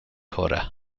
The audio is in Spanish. horas